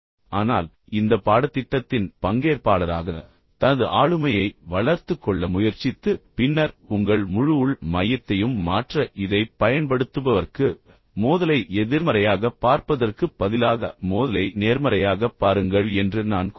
ஆனால் இந்த பாடத்திட்டத்தின் பங்கேற்பாளராக தனது ஆளுமையை வளர்த்துக் கொள்ள முயற்சித்து பின்னர் உங்கள் முழு உள் மையத்தையும் மாற்ற இதைப் பயண்படுத்துபவர்க்கு மோதலை எதிர்மறையாகப் பார்ப்பதற்குப் பதிலாக மோதலை நேர்மறையாகப் பாருங்கள் என்று நான் கூறுவேன்